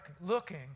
looking